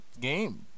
Game